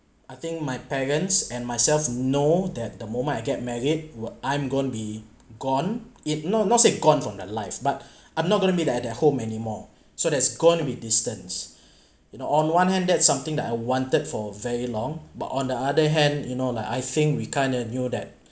I think my parents and myself know that the moment I get married wo~ I'm going to be gone it not not say gone from their life but I'm not going to be that at that home anymore so that's going to be distance in on one hand that's something that I wanted for very long but on the other hand you know like I think we kind of knew that